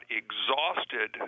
exhausted